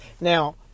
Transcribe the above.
Now